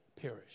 perish